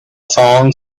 song